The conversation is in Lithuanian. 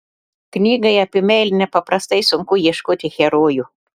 knygai apie meilę nepaprastai sunku ieškoti herojų